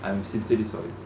I'm sincerely sorry